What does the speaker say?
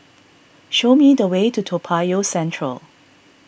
show me the way to Toa Payoh Central